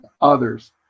others